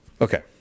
okay